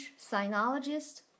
sinologist